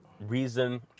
reason